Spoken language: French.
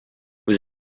vous